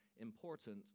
important